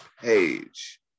page